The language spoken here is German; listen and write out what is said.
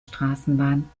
straßenbahn